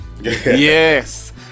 yes